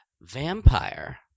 Vampire